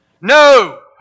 No